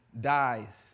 dies